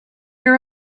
your